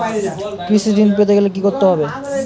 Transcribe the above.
কৃষি ঋণ পেতে গেলে কি করতে হবে?